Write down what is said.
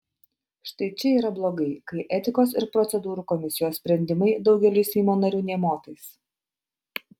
štai čia yra blogai kai etikos ir procedūrų komisijos sprendimai daugeliui seimo narių nė motais